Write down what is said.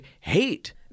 hate